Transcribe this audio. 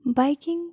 biking